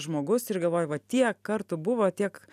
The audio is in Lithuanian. žmogus ir galvoji vat tiek kartų buvo tiek